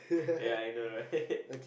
ya I know right